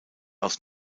aus